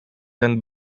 ten